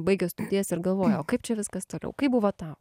baigia studijas ir galvoja o kaip čia viskas toliau kaip buvo tau